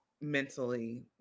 mentally